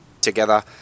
together